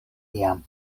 tiam